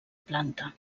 planta